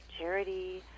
charity